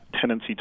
tendency